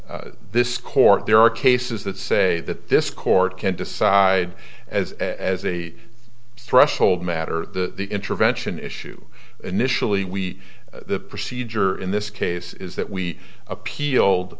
court there are cases that say that this court can't decide as as a threshold matter the intervention issue initially we the procedure in this case is that we appealed